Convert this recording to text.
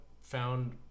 found